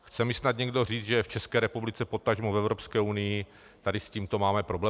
Chce mi snad někdo říct, že někdo v České republice, potažmo v Evropské unii tady s tímto máme problém?